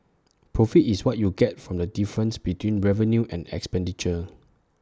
profit is what you get from the difference between revenue and expenditure